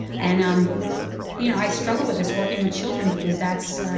and, um you know, i struggle with this working with children, because that's, ah